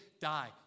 die